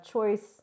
choice